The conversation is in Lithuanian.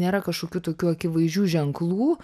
nėra kažkokių tokių akivaizdžių ženklų